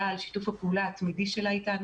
עבור שיתוף הפעולה התמידי שלה איתנו.